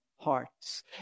hearts